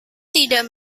tidak